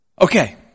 Okay